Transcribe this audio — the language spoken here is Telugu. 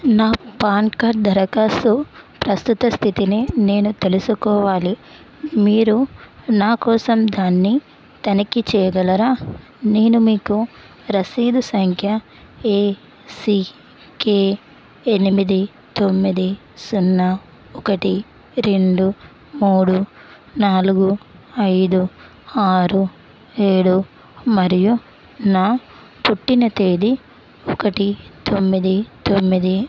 నా పాన్ కార్డ్ దరఖాస్తు ప్రస్తుత స్థితిని నేను తెలుసుకోవాలి మీరు నా కోసం దాన్ని తనిఖీ చేయగలరా నేను మీకు రసీదు సంఖ్య ఏసీకే ఎనిమిది తొమ్మిది సున్నా ఒకటి రెండు మూడు నాలుగు ఐదు ఆరు ఏడు మరియు నా పుట్టిన తేదీ ఒకటి తొమ్మిది తొమ్మిది